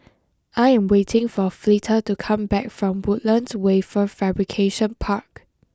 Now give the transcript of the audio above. I am waiting for Fleta to come back from Woodlands Wafer Fabrication Park